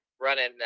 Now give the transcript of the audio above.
running